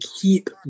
keep